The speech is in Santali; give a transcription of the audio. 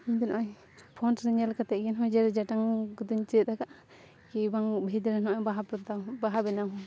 ᱤᱧᱫᱚ ᱱᱚᱜᱼᱚᱭ ᱯᱷᱳᱱ ᱨᱮ ᱧᱮᱞ ᱠᱟᱛᱮᱫ ᱜᱮ ᱱᱚᱜᱼᱚᱭ ᱡᱮ ᱡᱮᱴᱟᱝ ᱠᱚᱫᱚᱧ ᱪᱮᱫ ᱟᱠᱟᱫᱼᱟ ᱠᱤ ᱵᱟᱝ ᱵᱷᱤᱛᱨᱮ ᱱᱚᱜᱼᱚᱭ ᱵᱟᱦᱟ ᱵᱟᱦᱟ ᱵᱮᱱᱟᱣ